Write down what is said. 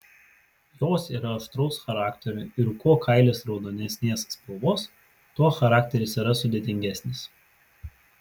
jos yra aštraus charakterio ir kuo kailis raudonesnės spalvos tuo charakteris yra sudėtingesnis